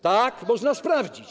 Tak, można sprawdzić.